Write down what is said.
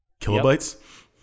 Kilobytes